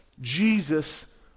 Jesus